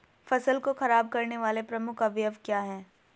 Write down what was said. फसल को खराब करने वाले प्रमुख अवयव क्या है?